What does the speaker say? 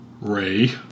Ray